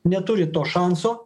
neturi to šanso